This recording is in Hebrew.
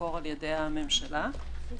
במקור על ידי הממשלה -- הממשלות.